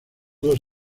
dos